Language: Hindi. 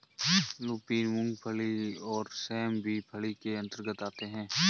लूपिन, मूंगफली और सेम भी फली के अंतर्गत आते हैं